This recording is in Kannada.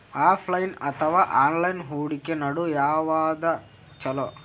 ಆಫಲೈನ ಅಥವಾ ಆನ್ಲೈನ್ ಹೂಡಿಕೆ ನಡು ಯವಾದ ಛೊಲೊ?